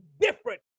different